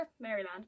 maryland